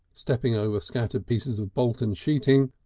stepping over scattered pieces of bolton sheeting,